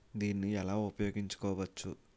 దీన్ని ఎలా ఉపయోగించు కోవచ్చు?